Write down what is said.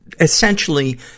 essentially